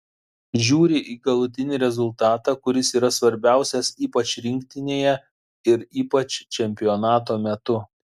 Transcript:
žiūri į galutinį rezultatą kuris yra svarbiausias ypač rinktinėje ir ypač čempionato metu